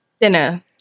Dinner